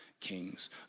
Kings